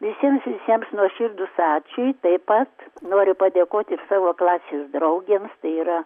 visiems visiems nuoširdus ačiū taip pat noriu padėkoti savo klasės draugėms tai yra